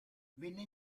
venne